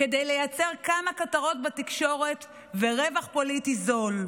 כדי לייצר כמה כותרות בתקשורת ורווח פוליטי זול.